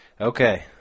Okay